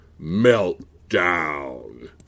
meltdown